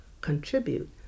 contribute